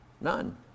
None